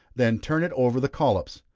then turn it over the collops.